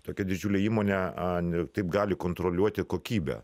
tokia didžiule įmonė an taip gali kontroliuoti kokybę